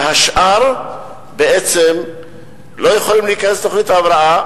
והשאר בעצם לא יכולות להיכנס לתוכנית ההבראה,